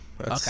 okay